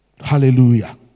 Hallelujah